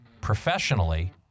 professionally